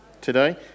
today